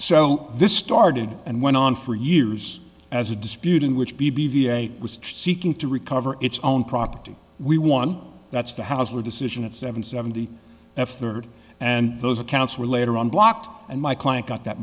so this started and went on for years as a dispute in which b b v a was seeking to recover its own property we won that's the house where decision at seven seventy at third and those accounts were later on blocked and my client got that